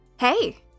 Hey